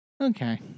Okay